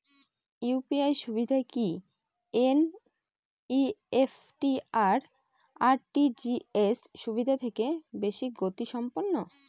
UPI সুবিধা কি NEFT আর আর.টি.জি.এস সুবিধা থেকে বেশি গতিসম্পন্ন?